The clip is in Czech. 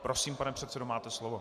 Prosím, pane předsedo, máte slovo.